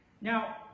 Now